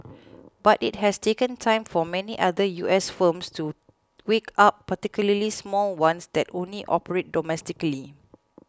but it has taken time for many other U S firms to wake up particularly small ones that only operate domestically